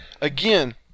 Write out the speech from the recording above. again